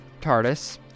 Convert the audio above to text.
TARDIS